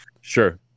sure